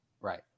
Right